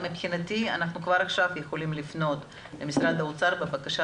מבחינתי אנחנו כבר עכשיו יכולים לפנות למשרד האוצר בבקשה